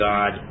God